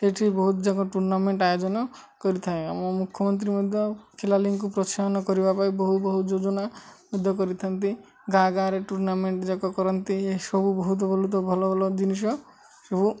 ସେଇଠି ବହୁତ ଯାକ ଟୁର୍ଣ୍ଣାମେଣ୍ଟ ଆୟୋଜନ କରିଥାଏ ଆମ ମୁଖ୍ୟମନ୍ତ୍ରୀ ମଧ୍ୟ ଖେଳାଳିିଙ୍କୁ ପ୍ରୋତ୍ସାହନ କରିବା ପାଇଁ ବହୁ ବହୁ ଯୋଜନା ମଧ୍ୟ କରିଥାନ୍ତି ଗାଁ ଗାଁରେ ଟୁର୍ଣ୍ଣାମେଣ୍ଟ ଯାକ କରନ୍ତି ଏସବୁ ବହୁତ ଭଲ ତ ଭଲ ଭଲ ଜିନିଷ ସବୁ